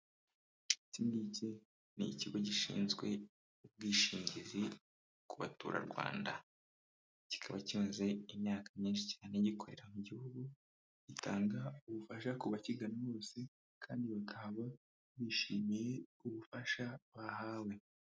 Iki ngiki ni ikigo gishinzwe ubwishingizi ku baturarwanda. Kikaba kimaze imyaka myinshi cyane gikorera mu gihugu, gitanga ubufasha ku bakigana bose kandi bakahava bishimiye ubufasha bahawe.